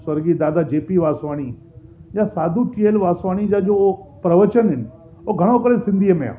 स्वर्गीय दादा जे पीअ वासवाणी या साधू चिअल वासवाणी जा जो प्रवचन आहिनि उहो घणो करे सिंधीअ में आहे